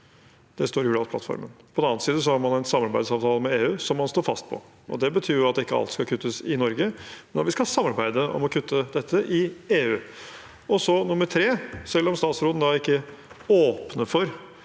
Det står i Hurdalsplattformen. På den annen side har man en samarbeidsavtale med EU som man står fast på. Det betyr jo at ikke alt skal kuttes i Norge, men at vi skal samarbeide om å kutte dette i EU. Og som nummer tre: Selv om statsråden ikke planlegger for